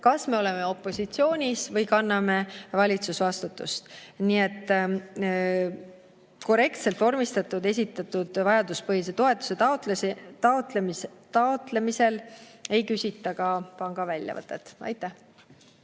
kas me oleme opositsioonis või kanname valitsusvastutust. Nii et korrektselt vormistatud ja esitatud vajaduspõhise toetuse taotlemisel ei küsita ka pangaväljavõtet. Aitäh!